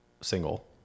single